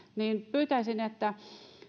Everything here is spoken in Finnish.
pyytäisin että